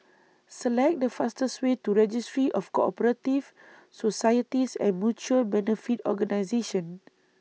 Select The fastest Way to Registry of Co Operative Societies and Mutual Benefit Organisations